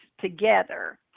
together